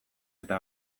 eta